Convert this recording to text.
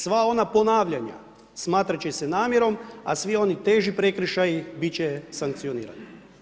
Sva ona ponavljanja smatrat će se namjerom, a svi oni teži prekršaji bit će sankcionirani.